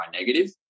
negative